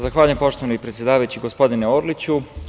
Zahvaljujem, poštovani predsedavajući, gospodine Orliću.